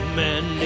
men